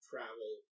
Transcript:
travel